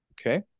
Okay